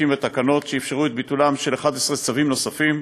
חוקים ותקנות שאפשרו את ביטולם של 11 צווים נוספים,